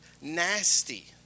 nasty